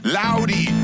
loudy